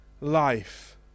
life